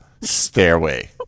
Stairway